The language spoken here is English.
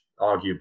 arguably